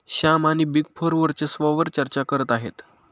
श्याम आणि big four वर्चस्वावार चर्चा करत आहेत